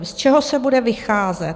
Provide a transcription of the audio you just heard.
Z čeho se bude vycházet?